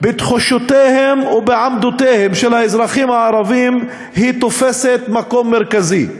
בתחושותיהם ובעמדותיהם של האזרחים הערבים היא תופסת מקום מרכזי.